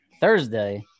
Thursday